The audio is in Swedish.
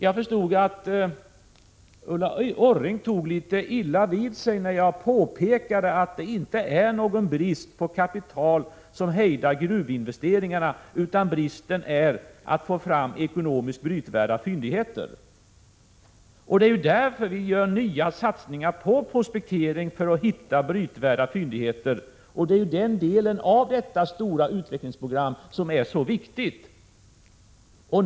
Jag förstod att Ulla Orring tog litet illa vid sig när jag påpekade att det inte är någon brist på kapital som hejdar gruvinvesteringarna, utan att bristen gäller ekonomiskt brytvärda fyndigheter. Det är därför som vi gör nya satsningar på prospektering för att hitta brytvärda fyndigheter, och det är den delen av detta stora utvecklingsprogram som är så viktig.